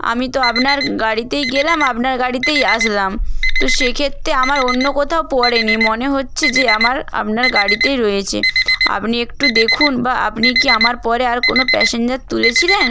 আমি তো আপনার গাড়িতেই গেলাম আপনার গাড়িতেই আসলাম তো সেক্ষেত্রে আমার অন্য কোথাও পড়েনি মনে হচ্চে যে আমার আপনার গাড়িতেই রয়েচে আপনি একটু দেখুন বা আপনি কি আমার পরে আর কোনো প্যাসেঞ্জার তুলেছিলেন